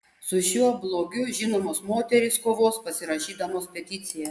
su šiuo blogiu žinomos moterys kovos pasirašydamos peticiją